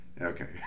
Okay